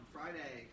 Friday